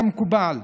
כמקובל,